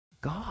God